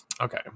Okay